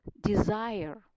desire